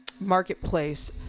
marketplace